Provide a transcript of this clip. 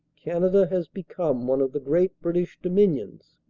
canada has become one of the great british dominions,